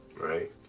right